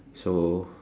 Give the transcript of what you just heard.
so